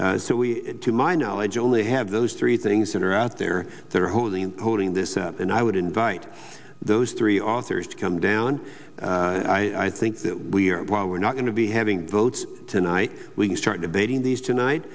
so we to my knowledge only have those three things that are out there that are holding and posting this and i would invite those three authors to come down and i think that we are while we're not going to be having votes tonight we can start debating these tonight